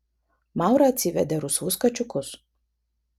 maura atsivedė rusvus kačiukus